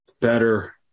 better